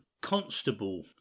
Constable